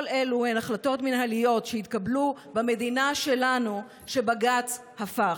כל אלה הן החלטות מינהליות שהתקבלו במדינה שלנו ובג"ץ הפך.